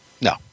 No